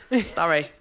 sorry